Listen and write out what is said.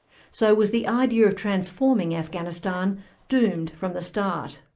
so was the idea of transforming afghanistan doomed from the start?